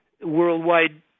worldwide